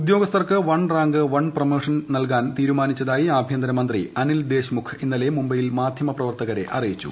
ഉദ്യോഗസ്ഥർക്ക് one rank one promotion നൽകാൻ തീരുമാനിച്ചതായി ആഭ്യന്തരമന്ത്രി അനിൽ ദേശ്മുഖ് ഇന്നലെ മുംബൈയിൽ മാധ്യമപ്രവർത്തകരെ അറിയിച്ചു